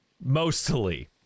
Mostly